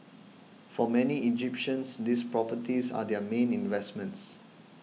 for many Egyptians these properties are their main investments